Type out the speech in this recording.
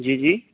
जी जी